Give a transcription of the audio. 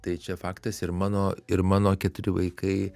tai čia faktas ir mano ir mano keturi vaikai